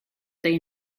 they